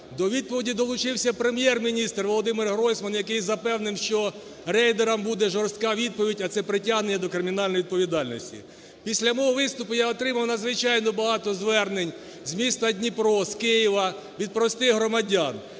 До відповіді долучився Прем'єр-міністр Володимир Гройсман, який запевнив, що рейдерам буде жорстка відповідь, а це притягнення до кримінальної відповідальності. Після мого виступу я отримав надзвичайно багато звернень з міста Дніпро, з Києва від простих громадян,